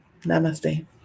Namaste